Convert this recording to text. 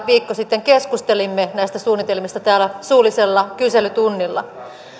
viikko sitten keskustelimme näistä suunnitelmista täällä suullisella kyselytunnilla